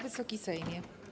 Wysoki Sejmie!